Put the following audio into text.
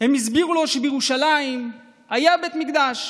הם הסבירו לו שבירושלים היה בית מקדש,